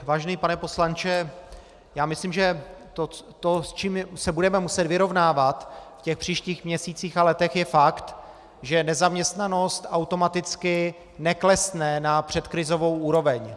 Vážený pane poslanče, myslím, že to, s čím se budeme muset vyrovnávat v příštích měsících a letech, je fakt, že nezaměstnanost automaticky neklesne na předkrizovou úroveň.